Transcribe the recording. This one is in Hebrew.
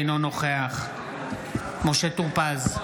אינו נוכח משה טור פז,